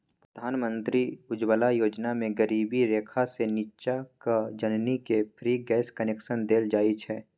प्रधानमंत्री उज्जवला योजना मे गरीबी रेखासँ नीच्चाक जनानीकेँ फ्री गैस कनेक्शन देल जाइ छै